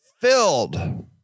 filled